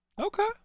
okay